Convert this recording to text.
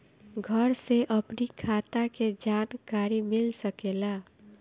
घर से अपनी खाता के जानकारी मिल सकेला?